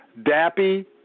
Dappy